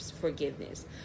forgiveness